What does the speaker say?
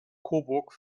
coburg